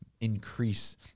increase